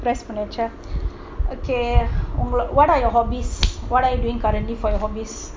best furniture okay what are your hobbies what are you doing currently for your hobbies